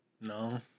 No